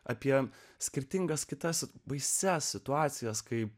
apie skirtingas kitas baisias situacijas kai